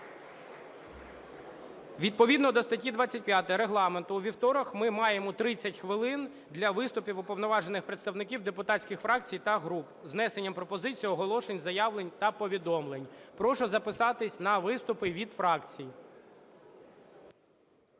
Відповідно до статті 25 Регламенту у вівторок ми маємо 30 хвилин для виступів уповноважених представників депутатських фракцій та груп з внесенням пропозицій, оголошень, заявлень та повідомлень. Прошу записатись на виступи від фракцій.